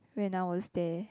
when I was there